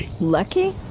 Lucky